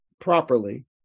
properly